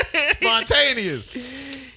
Spontaneous